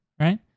right